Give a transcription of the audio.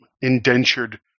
indentured